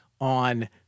on